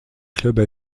clubs